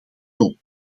tol